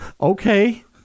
Okay